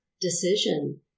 decision